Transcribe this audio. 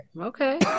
okay